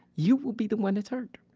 you will be the one that's hurt